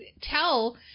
tell